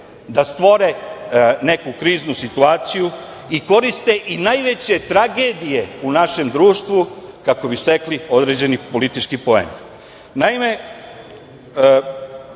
da stvore neku kriznu situaciju i koriste i najveće tragedije u našem društvu kako bi stekli određeni politički